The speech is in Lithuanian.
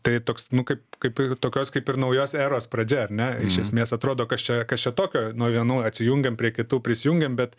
tai toks nu kaip kaip tokios kaip ir naujos eros pradžia ar ne iš esmės atrodo kas čia kas čia tokio nuo vienų atsijungiam prie kitų prisijungiam bet